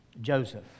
Joseph